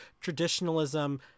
Traditionalism